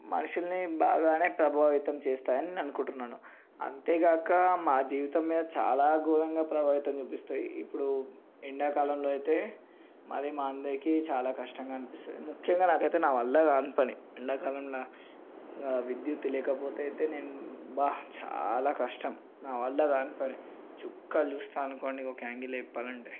మనుషులని బాగానే ప్రభావితం చేస్తాయి అని నేను అనుకుంటాను అంతేగాక మా జీవితం మీద చాలా ఘోరంగా ప్రభావితం చూపిస్తాయి ఇప్పుడు ఎండాకాలంలో అయితే మాది మా అందరికీ చాలా కష్టంగా అనిపిస్తుంది ముఖ్యంగా నాకైతే నా వల్ల కానీ పని ఎండాకాలంలో విద్యుత్తు లేకపోతే అయితే నేను భ చాలా కష్టం నావల్ల కానీ పని చుక్కలు చూస్తాను అనుకోండి ఒక యాంగిల్లో చెప్పాలంటే